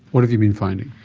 what have you been finding?